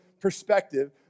perspective